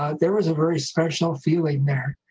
ah there was a very special feeling there.